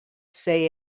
say